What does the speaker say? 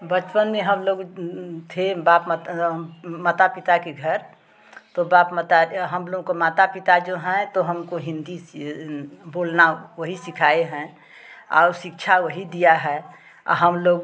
बचपन में हम लोग थे बाप माता पिता के घर तो बाप माता हम लोग को माता पिता जो हैं तो हमको हिन्दी बोलना वही सिखाए हैं और शिक्षा वही दिया है हम लोग